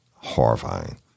Horrifying